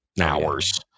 hours